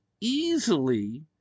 easily